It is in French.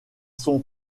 sont